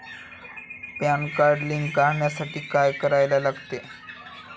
Pan card link करण्यासाठी काय करायला लागते?